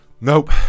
Nope